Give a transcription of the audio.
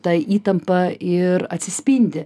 ta įtampa ir atsispindi